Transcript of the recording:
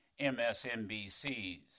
MSNBCs